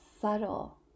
subtle